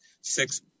six